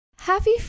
Happy